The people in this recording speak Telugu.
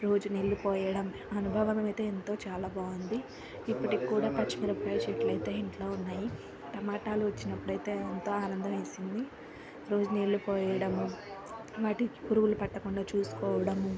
రోజు నీళ్ళు పోయడం అనుభవం అయితే ఎంతో చాలా బాగుంది ఇప్పటికి కూడా పచ్చిమిరపకాయ చెట్లు అయితే ఇంట్లో ఉన్నాయి టమాటాలు వచినప్పుడు అయితే ఎంతో ఆనందమేసింది రోజు నీళ్ళు పోయడము వాటికి పురుగులు పట్టకుండ చూసుకోవడము